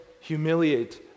humiliate